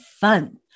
fun